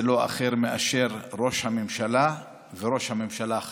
זה לא אחר מאשר ראש הממשלה וראש הממשלה החלופי,